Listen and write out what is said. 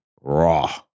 raw